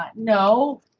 ah no.